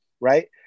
right